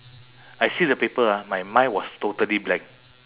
I see the paper ah my mind was totally blank